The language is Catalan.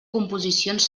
composicions